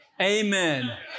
Amen